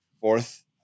fourth